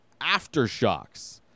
Aftershocks